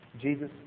Jesus